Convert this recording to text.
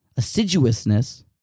assiduousness